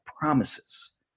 promises